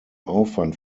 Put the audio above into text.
aufwand